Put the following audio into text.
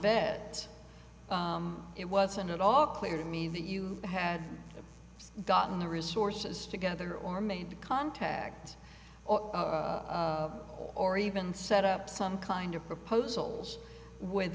vet it wasn't at all clear to me that you had gotten the resources together or made contact or even set up some kind of proposals with